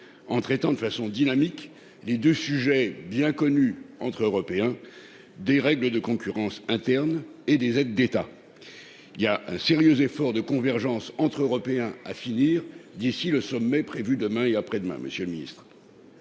de traiter de façon dynamique deux sujets bien connus entre Européens : les règles de concurrence interne et les aides d'État. Il reste un sérieux effort de convergence entre Européens à fournir d'ici au sommet prévu demain et après-demain, si nous